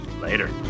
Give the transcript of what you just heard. Later